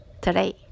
today